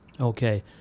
Okay